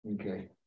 Okay